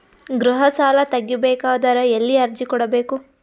ಗೃಹ ಸಾಲಾ ತಗಿ ಬೇಕಾದರ ಎಲ್ಲಿ ಅರ್ಜಿ ಕೊಡಬೇಕು?